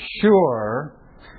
sure